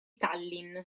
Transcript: tallinn